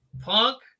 punk